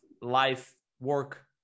life-work